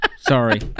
sorry